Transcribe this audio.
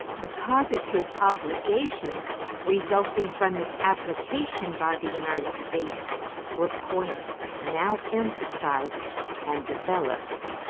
the positive obligations resulting from its application by the united states were points now emphasized and developed.